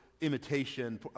imitation